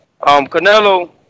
Canelo